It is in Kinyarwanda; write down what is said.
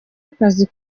akazi